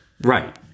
Right